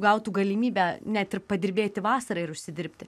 gautų galimybę net ir padirbėti vasarą ir užsidirbti